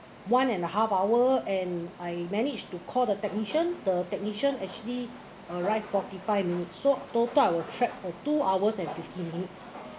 one and a half hour and I managed to call the technician the technician actually arrived forty five minutes so total I was trapped for two hours and fifteen minutes